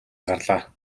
гарлаа